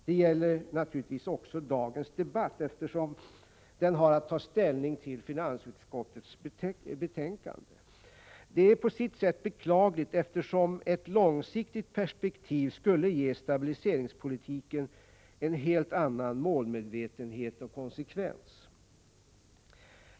Det gäller naturligtvis också dagens debatt, eftersom vi har att ta ställning till finansutskottets betänkande. Det är på sitt sätt beklagligt, eftersom ett långsiktigt perspektiv skulle ge stabiliseringspolitiken en helt annan målmedvetenhet och konsekvens.